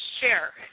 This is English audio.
share